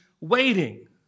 waiting